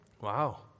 Wow